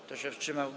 Kto się wstrzymał?